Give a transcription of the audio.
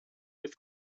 with